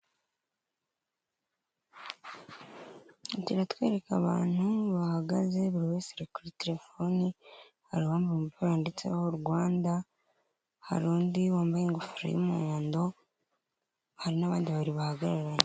Iratwereka abantu bahagaze, buri wese ari kuri terefoni, hari uwambaye umupira wanditseho Rwanda, hari undi wambaye ingofero y'umuhondo, hari n'abandi babiri bahagararanye.